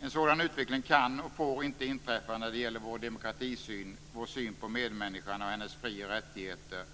En sådan utveckling kan och får inte inträffa när det gäller vår demokratisyn och vår syn på medmänniskan och hennes fri och rättigheter.